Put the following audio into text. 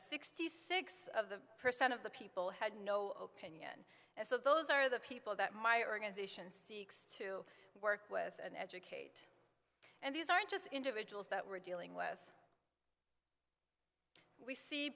sixty six of the percent of the people had no opinion and so those are the people that my organization seeks to work with and educate and these aren't just individuals that we're dealing with we see